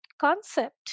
concept